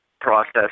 process